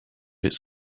its